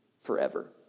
forever